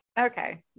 Okay